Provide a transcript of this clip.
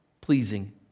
pleasing